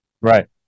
Right